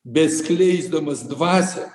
bet skleisdamas dvasią